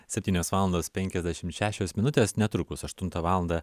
septynios valandos penkiasdešim šešios minutės netrukus aštuntą valandą